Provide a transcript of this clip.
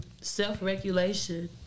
self-regulation